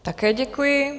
Také děkuji.